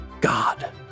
God